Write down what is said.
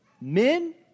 men